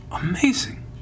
Amazing